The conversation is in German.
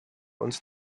uns